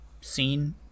seen